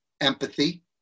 empathy